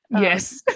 Yes